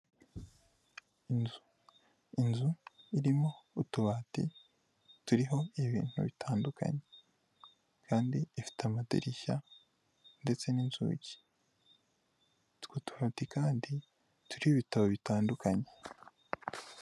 Inzu, inzu irimo utubati turiho ibintu bitandukanye kandi ifite amadirishya ndetse n'inzugi, utwo tubati kandi turiho ibitabo bitandukanye.